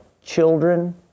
children